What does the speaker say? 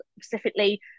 specifically